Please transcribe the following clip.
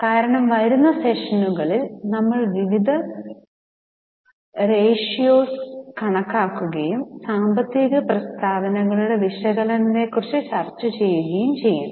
കാരണം വരുന്ന സെഷനുകളിൽ ഞങ്ങൾ വിവിധ റിഷിയോസ് റെഷിയോസ് കണക്കാക്കുകയും സാമ്പത്തിക പ്രസ്താവനകളുടെ വിശകലനത്തെക്കുറിച്ച് ചർച്ച ചെയ്യുകയും ചെയ്യും